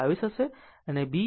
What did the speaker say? આમ તે 0